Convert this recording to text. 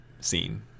scene